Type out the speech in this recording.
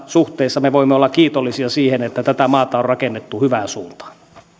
suhteessa me voimme olla kiitollisia siitä että tätä maata on rakennettu hyvään suuntaan